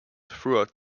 throughout